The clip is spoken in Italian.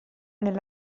nel